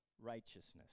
righteousness